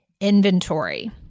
inventory